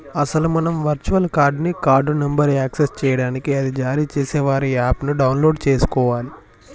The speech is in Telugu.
అసలు మనం వర్చువల్ కార్డ్ ని కార్డు నెంబర్ను యాక్సెస్ చేయడానికి అది జారీ చేసే వారి యాప్ ను డౌన్లోడ్ చేసుకోవాలి